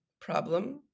problem